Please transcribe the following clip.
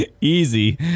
easy